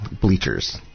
Bleachers